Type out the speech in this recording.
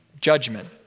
judgment